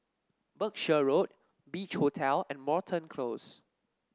Berkshire Road Beach Hotel and Moreton Close